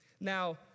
Now